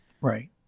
right